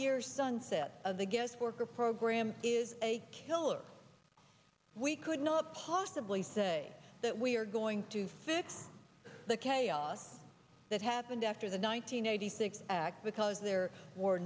year sunset of the guest worker program is a killer we could not possibly say that we are going to fix the chaos that happened after the nine hundred eighty six act because there were